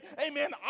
amen